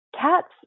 cats